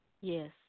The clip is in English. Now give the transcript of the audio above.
Yes